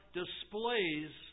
displays